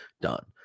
done